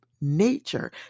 nature